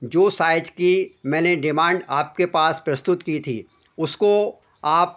जो साइज की मैंने डिमांड आपके पास प्रस्तुत की थी उसको आप